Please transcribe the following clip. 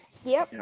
yeah. you know